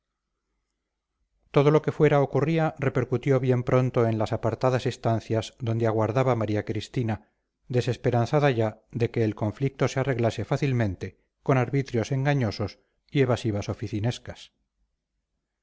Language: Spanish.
todo lo que fuera ocurría repercutió bien pronto en las apartadas estancias donde aguardaba maría cristina desesperanzada ya de que el conflicto se arreglase fácilmente con arbitrios engañosos y evasivas oficinescas